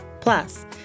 Plus